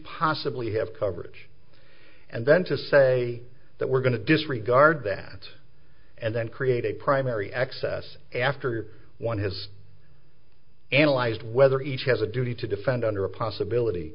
possibly have coverage and then to say that we're going to disregard that and then create a primary excess after one has analyzed whether each has a duty to defend under a possibility